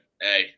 Hey